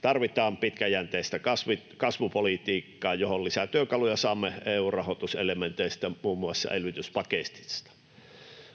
Tarvitaan pitkäjänteistä kasvupolitiikkaa, johon lisätyökaluja saamme EU:n rahoituselementeistä, muun muassa elvytyspaketista.